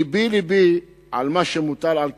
לבי לבי על מה שמוטל על כתפיהם.